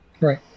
Right